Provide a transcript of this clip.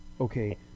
okay